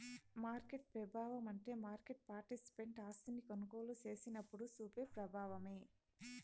market పెబావమంటే market participant ఆస్తిని కొనుగోలు సేసినప్పుడు సూపే ప్రబావమే